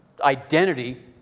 identity